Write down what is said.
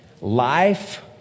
life